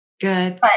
Good